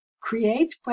create